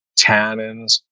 tannins